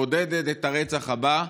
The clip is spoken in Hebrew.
מעודדת את הרצח הבא,